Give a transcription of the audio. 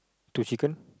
to chicken